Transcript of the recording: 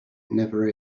never